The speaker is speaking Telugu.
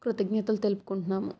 కృతజ్ఞతలు తెలుపుకుంటున్నాము